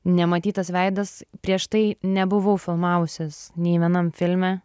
nematytas veidas prieš tai nebuvau filmavusis nei vienam filme